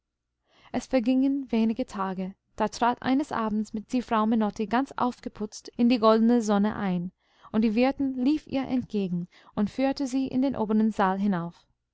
es vergingen wenige tage da trat eines abends die frau menotti ganz aufgeputzt in die goldene sonne ein und die wirtin lief ihr entgegen und führte sie in den oberen saal hinauf